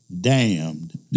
damned